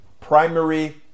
primary